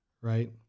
right